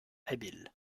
habile